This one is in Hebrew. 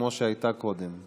כמו שהייתה קודם.